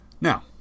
Now